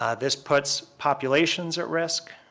ah this puts populations at risk,